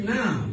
now